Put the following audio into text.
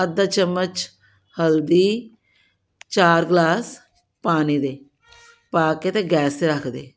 ਅੱਧਾ ਚਮਚ ਹਲਦੀ ਚਾਰ ਗਲਾਸ ਪਾਣੀ ਦੇ ਪਾ ਕੇ ਅਤੇ ਗੈਸ 'ਤੇ ਰੱਖ ਦੇ